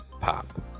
pop